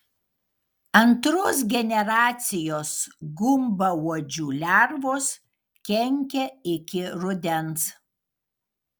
antros generacijos gumbauodžių lervos kenkia iki rudens